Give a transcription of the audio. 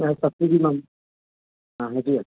ꯑꯥ ꯆꯐꯨꯒꯤ ꯃꯃꯜ ꯑꯥ ꯍꯥꯏꯕꯤꯌꯨ